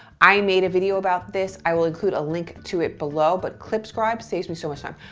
i made a video about this, i will include a link to it below, but clipscribe saves me so much time.